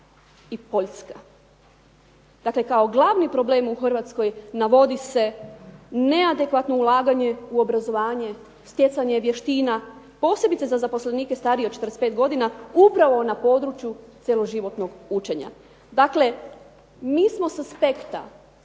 i Poljska. Dakle, kao glavni problem u Hrvatskoj navodi se neadekvatno ulaganje u obrazovanje, stjecanje vještina posebice za zaposlenike starije od 45 godina upravo na području cjeloživotnog učenja. Dakle, mi smo s aspekta